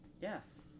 Yes